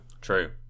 True